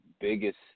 biggest